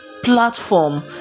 Platform